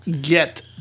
get